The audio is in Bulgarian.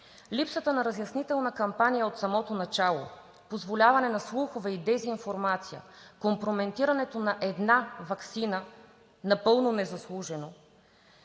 Липсата на разяснителна кампания от самото начало и позволяването на слухове и дезинформация, компрометирането на една ваксина напълно незаслужено,